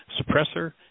suppressor